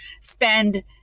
spend